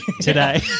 today